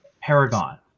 paragon